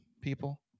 people